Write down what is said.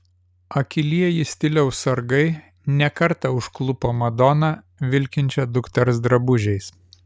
akylieji stiliaus sargai ne kartą užklupo madoną vilkinčią dukters drabužiais